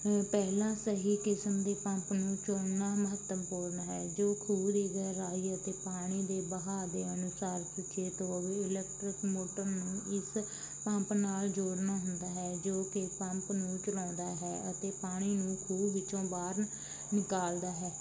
ਪਹਿਲਾਂ ਸਹੀ ਕਿਸਮ ਦੇ ਪੰਪ ਨੂੰ ਚੁਣਨਾ ਮਹੱਤਵਪੂਰਨ ਹੈ ਜੋ ਖੂਹ ਦੀ ਗਹਿਰਾਈ ਅਤੇ ਪਾਣੀ ਦੇ ਬਹਾ ਦੇ ਅਨੁਸਾਰ ਸੁਚੇਤ ਹੋਵੇ ਇਲੈਕਟਰਿਕ ਮੋਟਰ ਨੂੰ ਇਸ ਪੰਪ ਨਾਲ ਜੋੜਨਾ ਹੁੰਦਾ ਹੈ ਜੋ ਕਿ ਪੰਪ ਨੂੰ ਚਲਾਉਂਦਾ ਹੈ ਅਤੇ ਪਾਣੀ ਨੂੰ ਖੂਹ ਵਿੱਚੋਂ ਬਾਹਰ ਨਿਕਾਲਦਾ ਹੈ